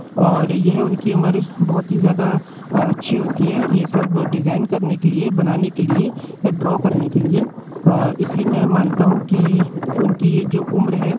और यह उनकी उम्र बहुत ही ज़्यादा अच्छी होती है ये सब वो डिज़ाइन करने के लिए बनाने के लिए ड्रॉ करने के लिए इसलिए मैं मानता हूँ कि उनकी ये जो उम्र है